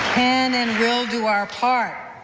can and will do our part.